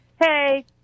hey